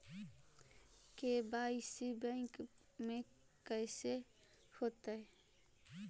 KYC bank में कैसे होतै?